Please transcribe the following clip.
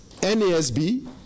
nasb